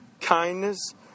kindness